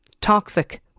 Toxic